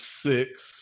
six